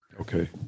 Okay